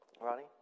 Ronnie